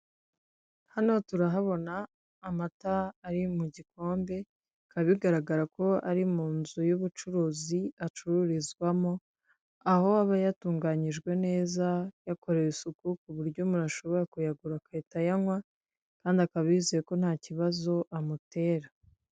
Hano turahabona amata ari mu gikombe, bikaba bigaragara ko ari mu nzu y'ubucuruzi acururizwamo, aho aba yatunganyijwe neza yakorewe isuku ku buryo umuntu ashobora kuyagura akahitayanywa, kandi akaba yizeye ko nta kibazo amutera.